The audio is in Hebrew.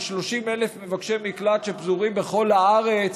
של 30,000 מבקשי מקלט שפזורים בכל הארץ,